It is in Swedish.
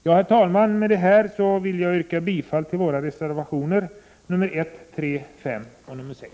Med detta, herr talman, vill jag yrka bifall till våra reservationer 1, 3, 5 och 6.